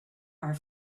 are